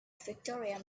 victoria